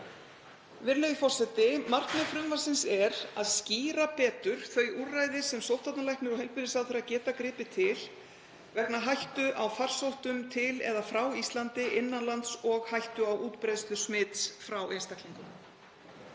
Virðulegi forseti. Markmið frumvarpsins er að skýra betur þau úrræði sem sóttvarnalæknir og heilbrigðisráðherra geta gripið til, vegna hættu á að farsóttir berist til eða frá Íslandi innan lands og hættu á útbreiðslu smits frá einstaklingum.